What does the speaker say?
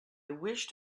wished